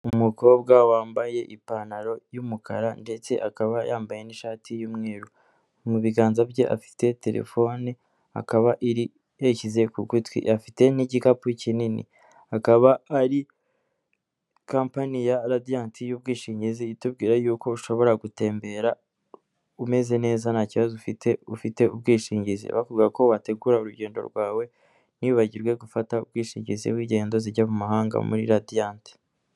Umukobwa wambaye ipantaro y'umukara ndetse akaba yambaye n'ishati y'umweru mu biganza bye afite telefone akaba yayishyize ku gutwi afite n'igikapu kinini akaba ari kampani ya radiyanti y'ubwishingizi itubwira y'uko ushobora gutembera umeze neza ntakibazo ufite ufite ubwishingizi bavuga ko wategura urugendo rwawe ntiwibagirwe gufata ubwishingizi bw'ingendo zijya mu mahanga muri radiyanti.